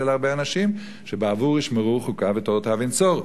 להרבה אנשים: שבעבור ישמרו חוקיו ותורותיו ינצורו.